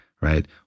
right